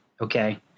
Okay